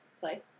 Play